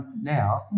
now